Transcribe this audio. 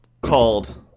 called